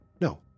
No